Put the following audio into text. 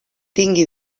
tingui